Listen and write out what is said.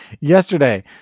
yesterday